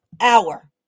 hour